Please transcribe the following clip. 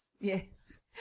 yes